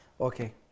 Okay